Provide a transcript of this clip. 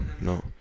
No